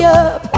up